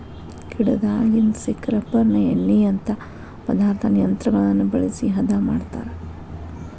ಗಿಡದಾಗಿಂದ ಸಿಕ್ಕ ರಬ್ಬರಿನ ಎಣ್ಣಿಯಂತಾ ಪದಾರ್ಥಾನ ಯಂತ್ರಗಳನ್ನ ಬಳಸಿ ಹದಾ ಮಾಡತಾರ